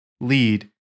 lead